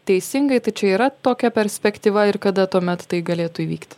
teisingai tai čia yra tokia perspektyva ir kada tuomet tai galėtų įvykti